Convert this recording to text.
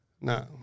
No